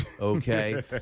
okay